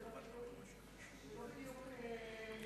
כי זה לא בדיוק מדויק,